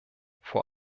vor